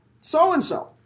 so-and-so